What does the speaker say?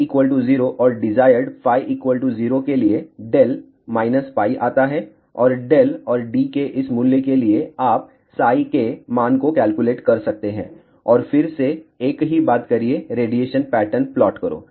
0 और डिजायर्ड φ 0 के लिए δ π आता है और δ और d के इस मूल्य के लिए आप के मान को कैलकुलेट कर सकते हैं और फिर से एक ही बात करिए रेडिएशन पैटर्न प्लॉट करो